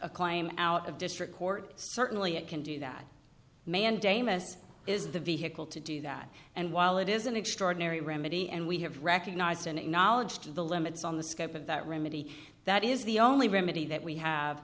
a claim out of district court certainly it can do that mandamus is the vehicle to do that and while it is an extraordinary remedy and we have recognized and acknowledged the limits on the scope of that remedy that is the only remedy that we have